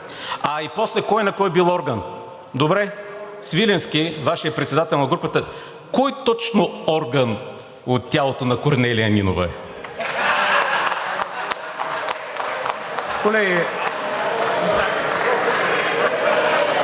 А и после кой на кой бил орган. Добре, Свиленски – Вашият председател на група, кой точно орган от тялото на Корнелия Нинова е? (Смях.